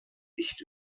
nicht